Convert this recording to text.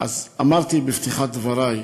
אמרתי בפתיחת דברי,